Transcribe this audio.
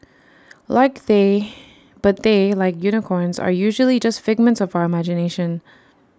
like they but they like unicorns are usually just figments of our imagination